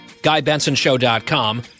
GuyBensonShow.com